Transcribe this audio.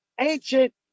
ancient